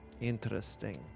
Interesting